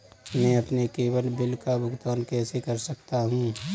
मैं अपने केवल बिल का भुगतान कैसे कर सकता हूँ?